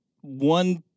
one